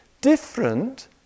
Different